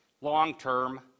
long-term